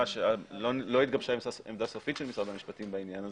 לא התגבשה עמדה סופית של משרד המשפטים בעניין הזה,